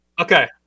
Okay